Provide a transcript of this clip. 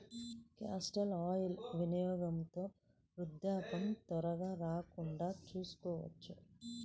castor oil వినియోగంతో వృద్ధాప్యం త్వరగా రాకుండా చూసుకోవచ్చు